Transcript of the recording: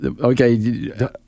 Okay